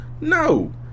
No